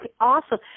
Awesome